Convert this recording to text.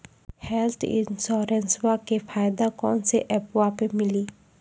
Health इंश्योरेंसबा के फायदावा कौन से ऐपवा पे मिली?